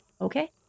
Okay